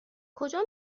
کجا